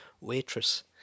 waitress